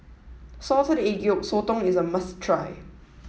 Salted Egg Yolk Sotong is a must try